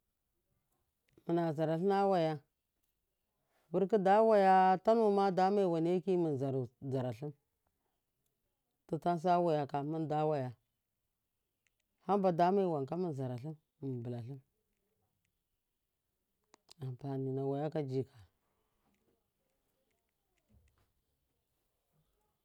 Muna zara lina waya vurkhu da waya tamuma damai waneki mun mɨn zara lim mun ka minda bula lim ampani na waya kajika.